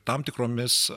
tam tikromis